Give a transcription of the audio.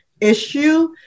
issue